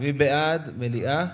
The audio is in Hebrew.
מי בעד מליאה?